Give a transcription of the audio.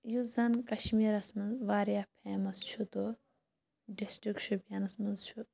یُس زَن کشمیٖرَس مَنٛز واریاہ فیمَس چھُ تہٕ ڈِسٹرک شُپیَنَس مَنٛز چھُ